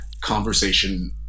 conversation